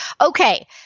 Okay